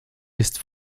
ist